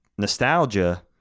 nostalgia